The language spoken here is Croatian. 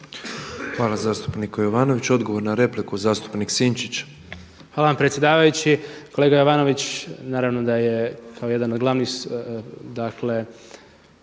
Hvala zastupniku Jovanoviću. Odgovor na repliku zastupnik Sinčić. **Sinčić, Ivan Vilibor (Živi zid)** Hvala vam predsjedavajući. Kolega Jovanović, naravno da je kao jedan od glavnih,